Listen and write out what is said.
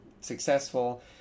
successful